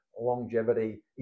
longevity